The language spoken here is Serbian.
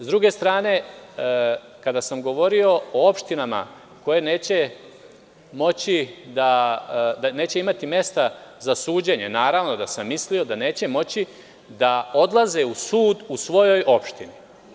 S druge strane, kada sam govorio o opštinama koje neće imati mesta za suđenje, naravno da sam mislio da neće moći da odlaze u sud u svojoj opštini.